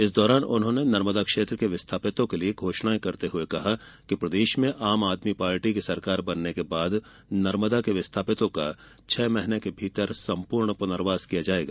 इस दौरान उन्होंने नर्मदा क्षेत्र के विस्तापितों के लिए घोषणाएं करते हुए कहा कि प्रदेश में आम आदमी पार्टी की सरकार बनने के बाद नर्मदा के विस्थापितों का छेह महीने के भीतर संपूर्ण पुनर्वास किया जायेगा